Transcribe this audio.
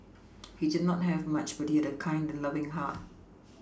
he did not have much but he had a kind and loving heart